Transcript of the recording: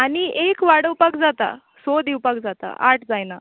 आनी एक वोडोवपाक जाता सोव दिवपाक जाता आठ जायना